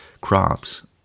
crops